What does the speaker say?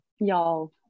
Y'all